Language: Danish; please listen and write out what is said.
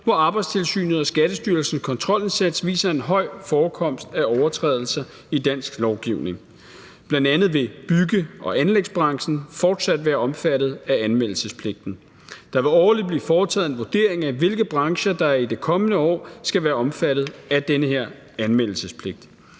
hvor Arbejdstilsynets og Skattestyrelsens kontrolindsats viser en høj forekomst af overtrædelser i dansk lovgivning. Bl.a. vil bygge- og anlægsbranchen fortsat være omfattet af anmeldelsespligten. Der vil årligt blive foretaget en vurdering af, hvilke brancher der i det kommende år skal være omfattet af den her anmeldelsespligt.